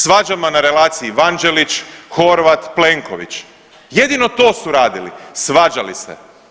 Svađama na relaciji Vanđelić-Horvat-Plenković, jedino to su radili svađali se.